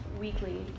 weekly